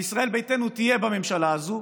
וישראל ביתנו תהיה בממשלה הזו,